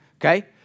okay